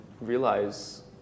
realize